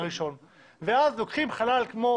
ואז לוקחים חלל כמו